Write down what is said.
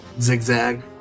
zigzag